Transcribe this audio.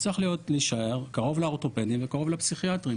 הוא צריך להישאר קרוב לאורתופדיה וקרוב לפסיכיאטרים,